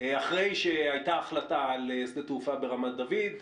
אחרי שהייתה החלטה על שדה תעופה ברמת דוד,